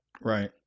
Right